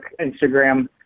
instagram